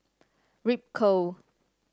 Ripcurl